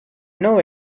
know